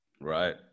Right